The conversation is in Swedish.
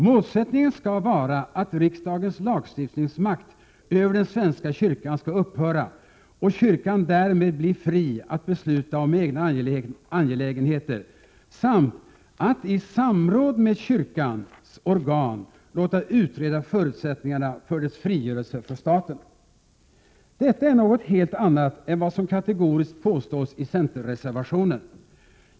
Målsättningen skall vara att riksdagens lagstiftningsmakt över den svenska kyrkan skall upphöra och kyrkan därmed bli fri att besluta om egna angelägenheter samt att i samråd med kyrkans organ låta utreda förutsättningarna för dess frigörelse från staten. Detta är något helt annat än vad som påstås i centerreservationen.